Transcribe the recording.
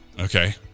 Okay